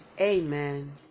Amen